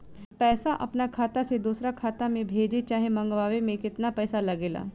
पैसा अपना खाता से दोसरा खाता मे भेजे चाहे मंगवावे में केतना पैसा लागेला?